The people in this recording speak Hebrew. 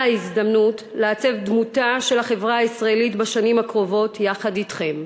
הזדמנות לעצב את דמותה של החברה הישראלית בשנים הקרובות יחד אתכם.